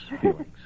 feelings